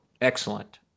excellent